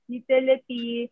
utility